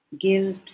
guilt